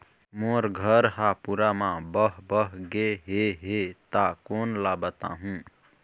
मोर घर हा पूरा मा बह बह गे हे हे ता कोन ला बताहुं?